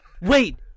Wait